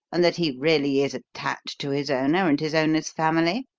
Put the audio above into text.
and that he really is attached to his owner, and his owner's family?